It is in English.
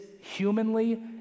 humanly